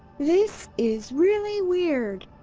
this is really weird.